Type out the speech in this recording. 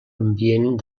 ambient